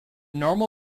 normal